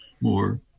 more